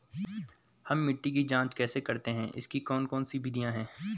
हम मिट्टी की जांच कैसे करते हैं इसकी कौन कौन सी विधियाँ है?